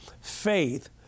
faith